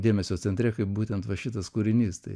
dėmesio centre kaip būtent va šitas kūrinys tai